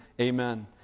Amen